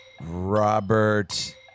Robert